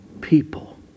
people